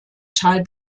tal